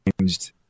changed